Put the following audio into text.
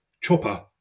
Chopper